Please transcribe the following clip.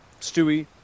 stewie